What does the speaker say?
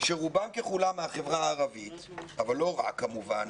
שרובם ככולם מהחברה הערבית אבל לא רק כמובן,